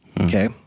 Okay